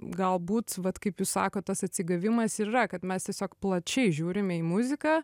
galbūt vat kaip jūs sakot tas atsigavimas ir yra kad mes tiesiog plačiai žiūrime į muziką